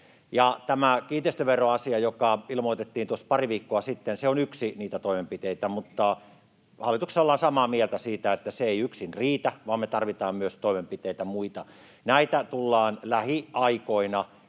Tämä kiinteistöveroasia, joka ilmoitettiin tuossa pari viikkoa sitten, on yksi niitä toimenpiteitä, mutta hallituksessa ollaan samaa mieltä siitä, että se ei yksin riitä vaan me tarvitaan myös muita toimenpiteitä. Näistä tullaan lähiaikoina